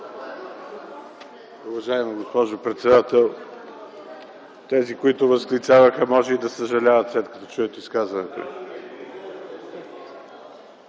Уважаема госпожо председател! Тези, които възклицаваха, може и да съжаляват, след като чуят изказването